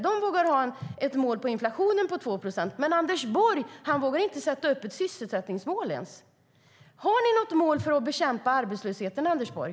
De vågar ha ett inflationsmål på 2 procent, men Anders Borg vågar inte ens sätta upp ett sysselsättningsmål. Har ni något mål för att bekämpa arbetslösheten, Anders Borg?